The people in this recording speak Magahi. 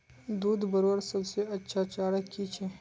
दूध बढ़वार सबसे अच्छा चारा की छे?